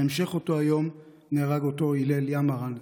בהמשך אותו היום נהרג אותו הלל ימהרן,